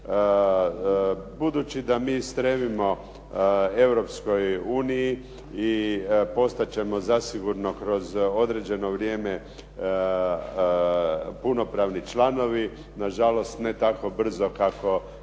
Budući da mi stremimo Europskoj uniji i postat ćemo zasigurno kroz određeno vrijeme punopravni članovi, na žalost ne tako brzo kako